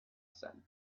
said